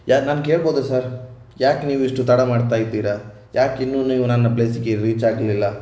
ಯಾ ನಾನು ಕೇಳಬಹುದಾ ಸರ್ ಯಾಕೆ ನೀವು ಇಷ್ಟು ತಡ ಮಾಡ್ತಾ ಇದ್ದೀರಾ ಯಾಕೆ ಇನ್ನೂ ನೀವು ನನ್ನ ಪ್ಲೇಸಿಗೆ ರೀಚ್ ಆಗಲಿಲ್ಲ